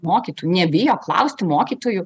mokytų nebijo klausti mokytojų